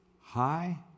hi